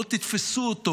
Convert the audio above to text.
לא תתפסו אותו